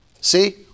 See